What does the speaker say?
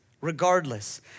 Regardless